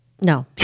No